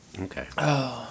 Okay